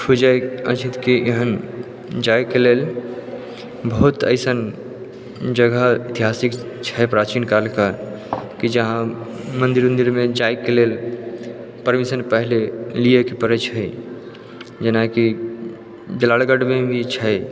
खोजै अछि तऽ की एहन जाइके लेल बहुत अइसन जगह ऐतिहासिक छै प्राचीन कालके की जे अहाँ मन्दिर उन्दिरमे जाइके लेल परमिशन पहिले लिएके पड़ै छै जेनाकि बेलालगढ़मे भी छै